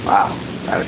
Wow